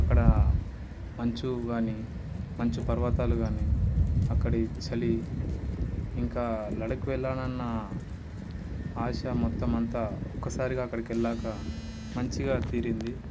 అక్కడ మంచు కానీ మంచి పర్వతాలు కానీ అక్కడి చలి ఇంకా లడఖ్ వెళ్ళాలన్నా ఆశ మొత్తం అంతా ఒక్కసారిగా అక్కడికి వెళ్ళాక మంచిగా తీరింది